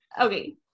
Okay